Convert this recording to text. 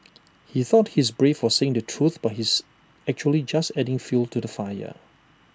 he thought he's brave for saying the truth but he's actually just adding fuel to the fire